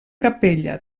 capella